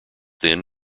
then